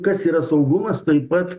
kas yra saugumas taip pat